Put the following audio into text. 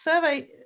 survey